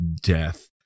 death